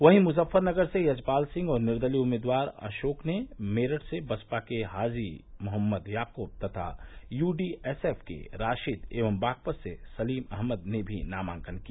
वहीं मुजफ्फरनगर से यजपाल सिंह और निर्दलीय उम्मीदवार अशोक ने मेरठ से बसपा के हाजी मोहम्मद याक्रब तथा यूडीएसएफ के राशिद एवं बागपत से सलीम अहमद ने भी नामांकन किया